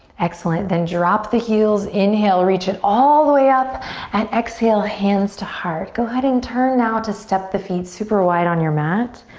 excellent, then drop the heels, inhale. reach it all the way up and exhale, hands to heart. go ahead and turn now to step the feet super wide on your mat.